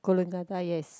Coolangatta yes